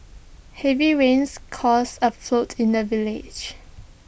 heavy rains caused A float in the village